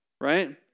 right